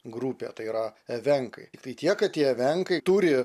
grupė tai yra evenkai tik tai tiek kad jie evenkai turi